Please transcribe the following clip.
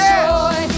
joy